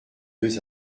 deux